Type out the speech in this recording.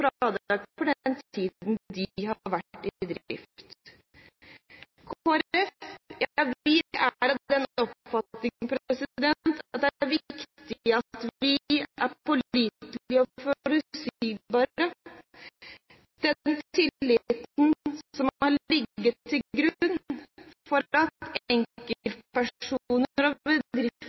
for den tiden de har vært i drift. Kristelig Folkeparti er av den oppfatning at det er viktig at vi er pålitelige og forutsigbare. Denne tilliten har ligget til